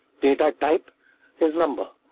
data type is number,